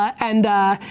and,